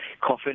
coffin